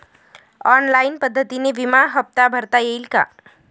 Online पद्धतीने विमा हफ्ता भरता येईल का?